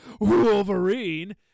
Wolverine